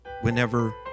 whenever